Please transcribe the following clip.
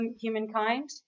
humankind